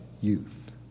youth